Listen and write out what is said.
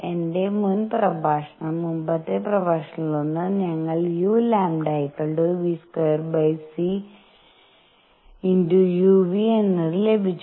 എന്റെ മുൻ പ്രഭാഷണം മുമ്പത്തെ പ്രഭാഷണങ്ങളിലൊന്ന് ഞങ്ങൾക്ക് uλ v²cuᵥ എന്ന് ലഭിച്ചു